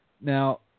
Now